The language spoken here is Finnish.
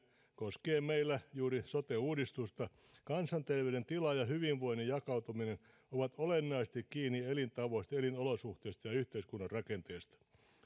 koskee meillä juuri sote uudistusta kansanterveyden tila ja hyvinvoinnin jakautuminen ovat olennaisesti kiinni elintavoista elinolosuhteista ja ja yhteiskunnan rakenteesta